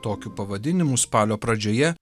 tokiu pavadinimu spalio pradžioje